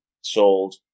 sold